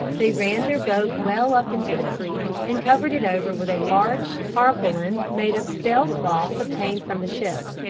they ran their boat well up into the creek and covered it over with a large tarpaulin made of sail-cloth obtained from the ship.